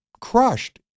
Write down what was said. crushed